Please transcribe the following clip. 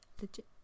Legit